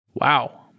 Wow